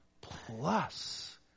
plus